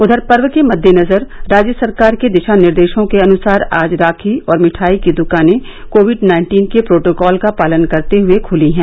उधर पर्व के मददेनजर राज्य सरकार के दिशानिर्देशों के अनुसार आज राखी और मिठाई की दकाने कोविड नाइन्टीन के प्रोटोकॉल का पालन करते हुए खुली हैं